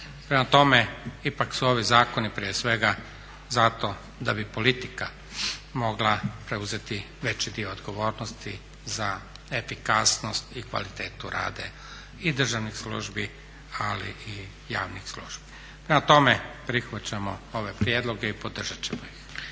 Prema tome, ipak su ovi zakoni prije svega zato da bi politika mogla preuzeti veći dio odgovornosti za efikasnost i kvalitetu rada i državnih službi ali i javnih službi. Prema tome, prihvaćamo ove prijedloge i podržati ćemo ih.